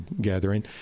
gathering